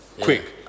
quick